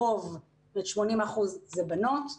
80% בנות.